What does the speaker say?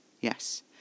Yes